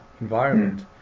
environment